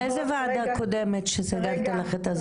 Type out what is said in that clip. איזה ועדה קודמת שסגרתי לך את הזום?